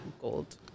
gold